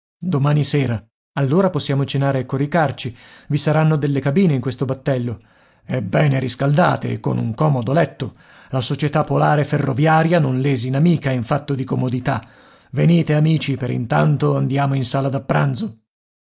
domani sera allora possiamo cenare e coricarci i saranno delle cabine in questo battello e bene riscaldate e con un comodo letto la società polare ferroviaria non lesina mica in fatto di comodità venite amici per intanto andiamo in sala da pranzo